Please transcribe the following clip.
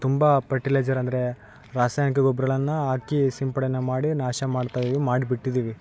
ತುಂಬ ಪರ್ಟಿಲೈಜರ್ ಅಂದರೆ ರಾಸಾಯನಿಕ ಗೊಬ್ರಗಳನ್ನ ಹಾಕಿ ಸಿಂಪಡಣೆ ಮಾಡಿ ನಾಶ ಮಾಡ್ತೀವಿ ಮಾಡ್ಬಿಟ್ಟಿದೀವಿ